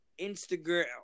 Instagram